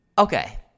Okay